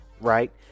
right